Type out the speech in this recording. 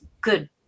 good